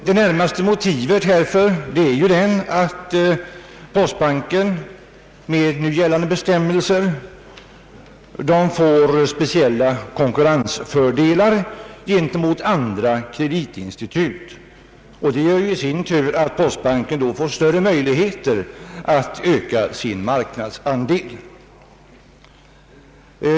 Det närmaste motivet härtill är att postbanken, med nu gällande bestämmelser, får speciella konhkurrensfördelar gentemot andra kreditinstitut. Det gör i sin tur att postbanken får större möjligheter att öka sin marknadsandel.